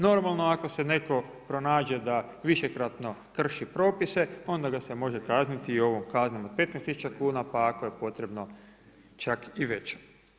Normalno ako se netko pronađe da višekratno krši propise, onda ga se može kazniti i ovom kaznom od 15000 kuna, pa ako je potrebno čak i veće.